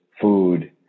food